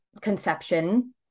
conception